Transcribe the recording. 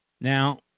Now